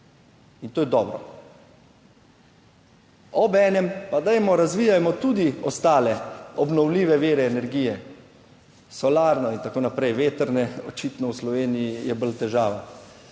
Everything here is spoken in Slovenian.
In to je dobro. Obenem pa, dajmo, razvijajmo tudi ostale obnovljive vire energije, solarno in tako naprej. Vetrne, očitno v Sloveniji je bolj težava,